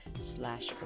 slash